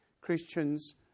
Christians